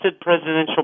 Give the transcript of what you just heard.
presidential